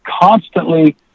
constantly